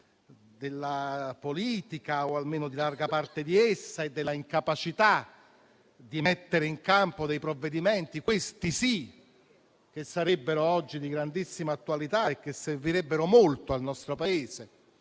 della politica o almeno di larga parte di essa e della incapacità di mettere in campo dei provvedimenti che - questi sì - sarebbero oggi di grandissima attualità e che servirebbero molto al nostro Paese